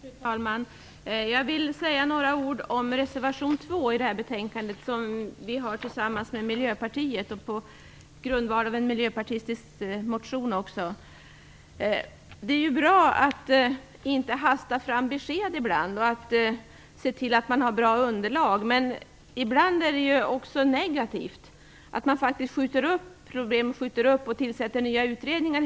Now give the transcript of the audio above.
Fru talman! Jag vill säga några ord om reservation 2 i det här betänkandet. Vi har avgivit den tillsammans med Miljöpartiet, och den grundas på en miljöpartistisk motion. Ibland är det ju bra att inte hasta fram besked och att se till att man har bra underlag, men ibland är det också negativt att skjuta upp och skjuta upp och hela tiden tillsätta nya utredningar.